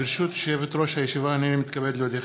ברשות יושבת-ראש הישיבה, הנני מתכבד להודיעכם,